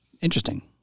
Interesting